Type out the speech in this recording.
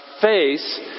face